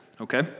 Okay